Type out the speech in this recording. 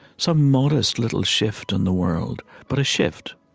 some modest little shift in the world, but a shift,